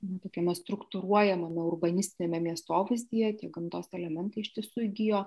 nu tokiame struktūruojamame urbanistiniame miestovaizdyje tie gamtos elementai iš tiesų įgijo